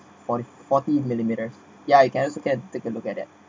forty forty millimetres yeah it gets you can take a look at that